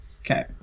Okay